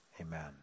amen